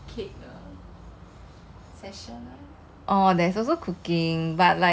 ya A_B_C studio lah you can learn how to cook how to bake